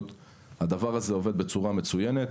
הדבר הזה עובד בצורה מצוינת,